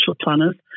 planners